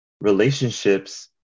relationships